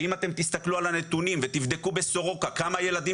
ואם אתם תסתכלו על הנתונים ותבדקו בסורוקה כמה ילדים